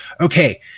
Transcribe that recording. okay